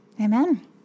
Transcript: Amen